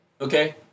okay